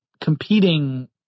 competing